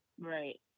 Right